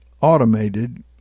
automated